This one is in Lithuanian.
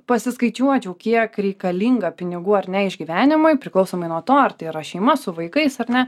pasiskaičiuočiau kiek reikalinga pinigų ar ne išgyvenimui priklausomai nuo to ar tai yra šeima su vaikais ar ne